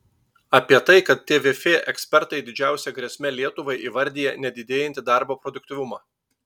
apie tai kad tvf ekspertai didžiausia grėsme lietuvai įvardija nedidėjantį darbo produktyvumą